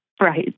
Right